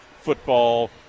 football